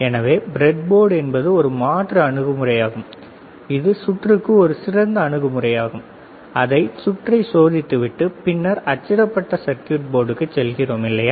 எனவே breadboard என்பது ஒரு மாற்று அணுகுமுறையாகும் இது சுற்றுக்கு ஒரு சிறந்த அணுகுமுறையாகும் அந்தச் சுற்றை சோதித்து விட்டு பின்னர் அச்சிடப்பட்ட சர்க்யூட் போர்டுக்குச் செல்கிறோம் இல்லையா